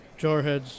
Jarheads